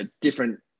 different